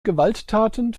gewalttaten